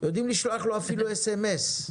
יודעים לשלוח לו אפילו סמ"ס.